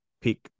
pick